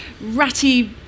ratty